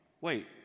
wait